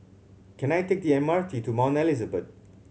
can I take the M R T to Mount Elizabeth